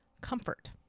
comfort